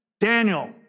Daniel